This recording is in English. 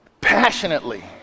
passionately